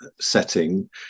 setting